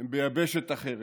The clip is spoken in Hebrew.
הם ביבשת אחרת,